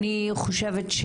אני חושבת,